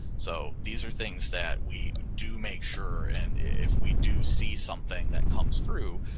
so these are things that we do make sure and if we do see something that comes through,